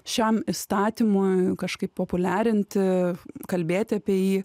šiam įstatymui kažkaip populiarinti kalbėti apie jį